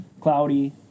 cloudy